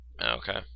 Okay